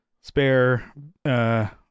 spare